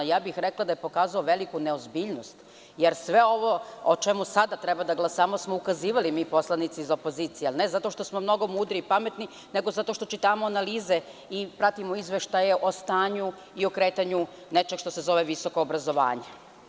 Rekla bih da je pokazao veliku ne ozbiljnost, jer sve ovo o čemu treba sada da glasamo smo ukazivali mi poslanici iz opozicije, ali ne zato što smo mnogo mudri i pametni, nego zato čitamo analize i pratimo izveštaje o stanju i o kretanju nečeg što se zove visoko obrazovanje.